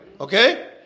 Okay